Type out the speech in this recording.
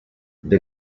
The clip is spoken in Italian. the